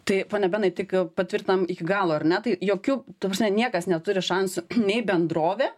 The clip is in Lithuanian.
tai pone benai tik patvirtinam iki galo ar ne tai jokiu ta prasme niekas neturi šansų nei bendrovė